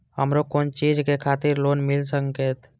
हमरो कोन चीज के खातिर लोन मिल संकेत?